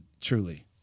truly